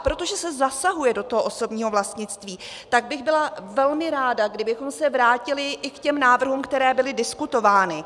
Protože se zasahuje do osobního vlastnictví, tak bych byla velmi ráda, kdybychom se vrátili i k návrhům, které byly diskutovány.